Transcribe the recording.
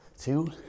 two